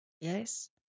Yes